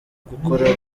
gukora